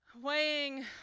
weighing